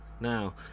now